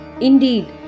Indeed